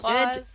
Good